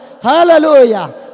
Hallelujah